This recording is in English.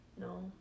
no